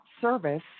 service